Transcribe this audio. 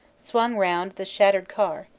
swung round the shattered car,